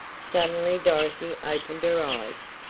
suddenly dorothy opened her eyes.